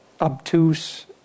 obtuse